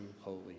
Holy